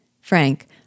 Frank